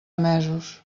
mesos